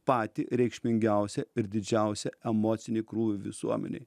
patį reikšmingiausią ir didžiausią emocinį krūvį visuomenei